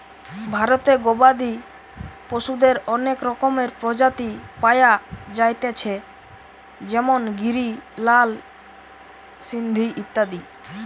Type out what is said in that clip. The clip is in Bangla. ভারতে গবাদি পশুদের অনেক রকমের প্রজাতি পায়া যাইতেছে যেমন গিরি, লাল সিন্ধি ইত্যাদি